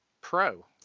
pro